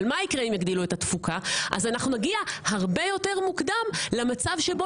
אבל מה יקרה אם יגדילו את התפוקה אנחנו נגיע הרבה יותר מוקדם למצב שבו,